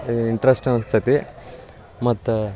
interest ಅನ್ನಿಸ್ತೆತಿ ಮತ್ತು